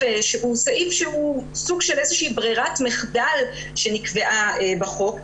שהוא סעיף שהוא סוג של איזושהי ברירת מחדל שנקבעה בחוק,